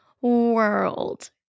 world